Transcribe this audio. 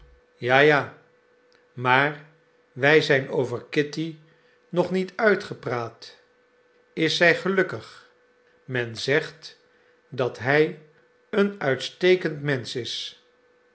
ja ja maar wij zijn over kitty nog niet uitgepraat is zij gelukkig men zegt dat hij een uitstekend mensch is